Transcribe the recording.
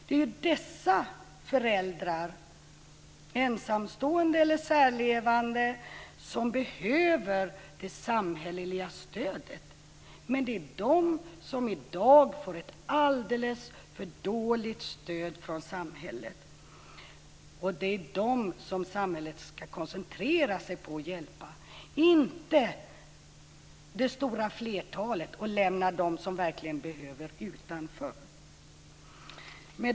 Det är dessa föräldrar, ensamstående eller särlevande, som behöver det samhälleliga stödet. Det är de som i dag får ett alldeles för dåligt stöd från samhället. Det är dessa föräldrar som samhället ska koncentrera sig på och hjälpa, inte det stora flertalet. Då lämnar man dem som verkligen behöver hjälp utanför.